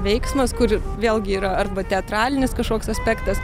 veiksmas kur vėlgi yra arba teatralinis kažkoks aspektas